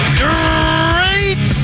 Straight